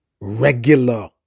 regular